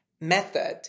method